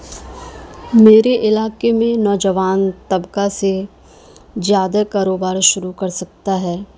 میرے علاقے میں نوجوان طبقہ سے زیادہ کاروبار شروع کر سکتا ہے